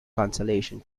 consolation